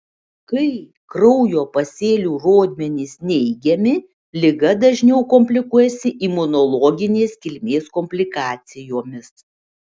kai kraujo pasėlių rodmenys neigiami liga dažniau komplikuojasi imunologinės kilmės komplikacijomis